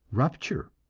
rupture.